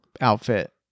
outfit